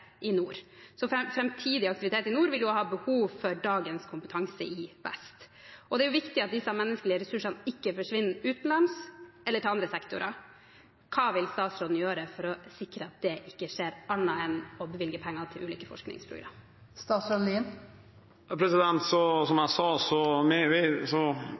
i nord. Framtidig aktivitet i nord vil jo ha behov for dagens kompetanse i vest. Det er viktig at disse menneskelige ressursene ikke forsvinner utenlands eller til andre sektorer. Hva vil statsråden gjøre for å sikre at det ikke skjer, annet enn ved å bevilge penger til ulike forskningsprogram? Som jeg sa, ser vi